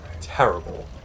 terrible